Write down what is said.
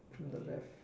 from the left